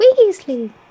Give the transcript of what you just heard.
Weasley